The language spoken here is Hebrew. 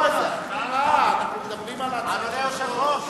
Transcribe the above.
אדוני היושב-ראש,